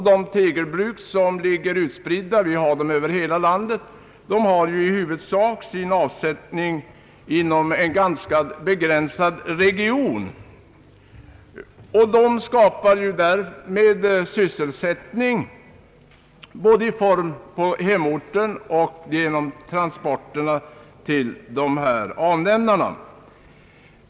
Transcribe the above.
Tegelbruken ligger utspridda över hela landet och avsätter sina produkter inom ganska begränsade regioner. Dessa företag skapar sysselsättning på de orter där de är belägna och genom transporterna till avnämarna.